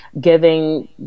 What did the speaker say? giving